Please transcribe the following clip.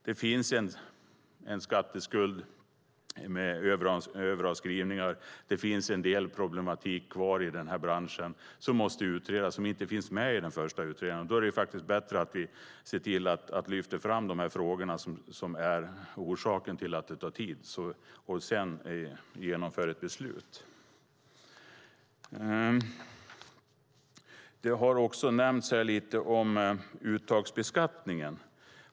Det finns en skatteskuld med överavskrivningar. Det finns en del problem kvar i den här branschen som måste utredas, sådana som inte finns med i den första utredningen. Då är det bättre att vi lyfter fram de frågor som är orsaken till att det tar tid och därefter fattar ett beslut. Här har nämnts lite grann om uttagsbeskattningen.